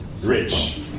rich